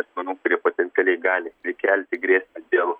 asmenų kurie potencialiai gali kelti grėsmę dėl